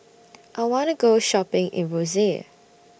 I want to Go Shopping in Roseau